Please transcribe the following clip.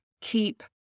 Keep